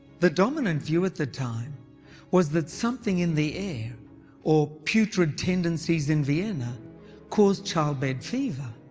the dominant view at the time was that something in the air or putrid tendencies in vienna caused childbed fever.